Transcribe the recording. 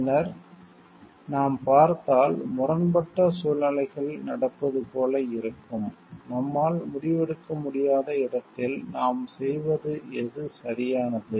பின்னர் நாம் பார்த்தால் முரண்பட்ட சூழ்நிலைகள் நடப்பது போல இருக்கும் நம்மால் முடிவெடுக்க முடியாத இடத்தில் நாம் செய்வது எது சரியானது